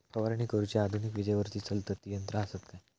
फवारणी करुची आधुनिक विजेवरती चलतत ती यंत्रा आसत काय?